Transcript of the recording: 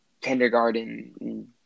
kindergarten